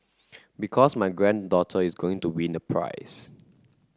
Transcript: because my granddaughter is going to win a prize